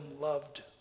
loved